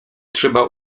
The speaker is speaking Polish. trzeba